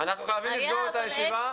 אנחנו חייבים לנעול את הישיבה.